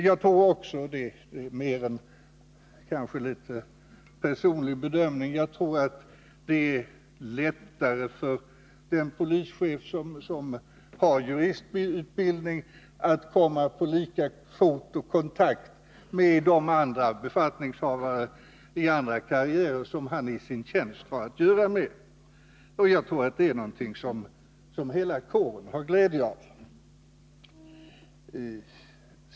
Jag tror också — det är kanske en mer personlig bedömning — att det är lättare för den polischef som har juristutbildning att komma på lika fot och få kontakt med de befattningshavare i andra karriärer som han i sin tjänst har att göra med. Detta tror jag att hela kåren har glädje av.